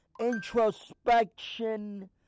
introspection